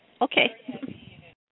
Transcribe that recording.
Okay